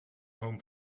home